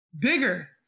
bigger